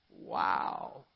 Wow